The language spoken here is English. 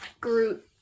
Groot